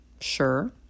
sure